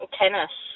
tennis